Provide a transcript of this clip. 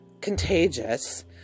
contagious